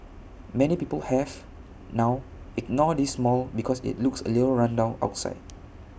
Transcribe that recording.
many people have now ignored this mall because IT looks A little run down outside